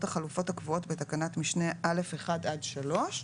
החלופות הקבועות בתקנת משנה (א)(1) עד (3)